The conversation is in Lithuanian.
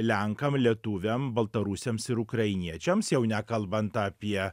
lenkam lietuviam baltarusiams ir ukrainiečiams jau nekalbant apie